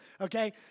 okay